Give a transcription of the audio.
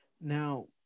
Now